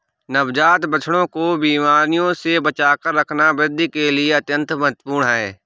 नवजात बछड़ों को बीमारियों से बचाकर रखना वृद्धि के लिए अत्यंत महत्वपूर्ण है